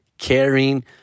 caring